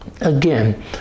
Again